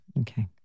Okay